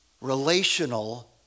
relational